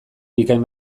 bikain